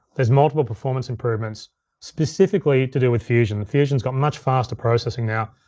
there's multiple performance improvements specifically to do with fusion. the fusion's got much faster processing now.